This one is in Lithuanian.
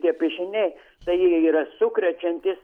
tie piešiniai tai jie yra sukrečiantys